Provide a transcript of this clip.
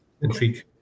intrigue